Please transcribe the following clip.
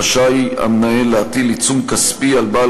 רשאי המנהל להטיל עיצום כספי על בעל